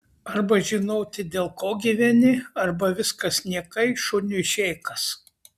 arba žinoti dėl ko gyveni arba viskas niekai šuniui šėkas